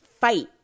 fight